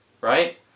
right